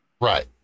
Right